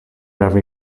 every